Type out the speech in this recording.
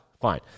fine